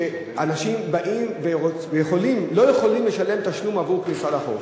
שאנשים באים ולא יכולים לשלם תשלום עבור כניסה לחוף.